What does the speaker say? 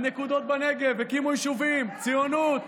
הנקודות בנגב, הקימו יישובים, ציונות.